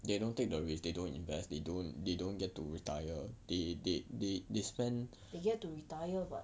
they don't take the risk they don't invest they don't they don't get to retire they they they they spent